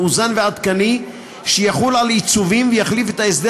מאוזן ועדכני שיחול על עיצובים ויחליף את ההסדר